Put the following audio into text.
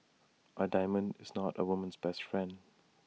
A diamond is not A woman's best friend